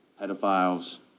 pedophiles